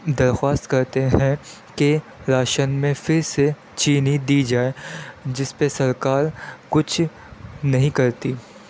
درخواست کرتے ہیں کہ راشن میں پھر سے چینی دی جائے جس پہ سرکار کچھ نہیں کرتی